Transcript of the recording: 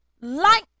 Light